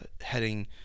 heading